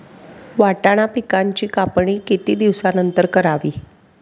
वाटाणा पिकांची कापणी किती दिवसानंतर करावी?